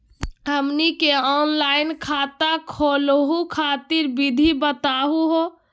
हमनी के ऑनलाइन खाता खोलहु खातिर विधि बताहु हो?